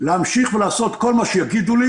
להמשיך ולעשות כל מה שיגידו לי